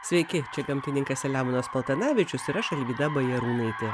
sveiki čia gamtininkas selemonas paltanavičius ir aš alvyda bajarūnaitė